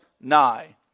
nigh